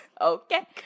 Okay